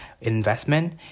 investment